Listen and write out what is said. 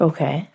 Okay